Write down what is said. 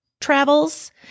travels